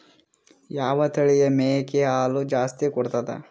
ಯಾವ ತಳಿಯ ಮೇಕಿ ಹೆಚ್ಚ ಹಾಲು ಕೊಡತದ?